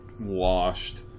washed